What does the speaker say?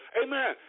amen